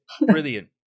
Brilliant